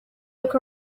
look